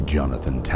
Jonathan